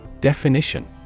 Definition